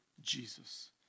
Jesus